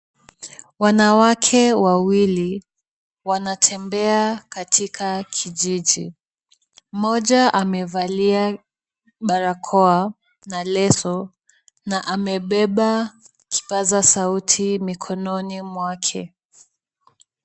Wanawake wawili wanatembea katika kijiji. Mmoja amevalia barakoa na leso na amebeba kipaza sauti mikononi mwake.